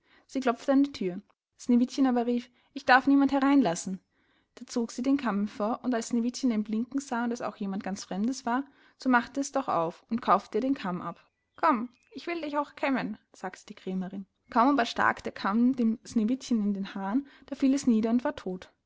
sie klopfte an die thür sneewittchen aber rief ich darf niemand hereinlassen da zog sie den kamm hervor und als sneewittchen den blinken sah und es auch jemand ganz fremdes war so machte es doch auf und kaufte ihr den kamm ab komm ich will dich auch kämmen sagte die krämerin kaum aber stack der kamm dem sneewittchen in den haaren da fiel es nieder und war todt